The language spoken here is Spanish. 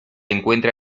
encuentra